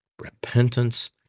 repentance